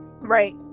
Right